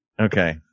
Okay